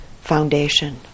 foundation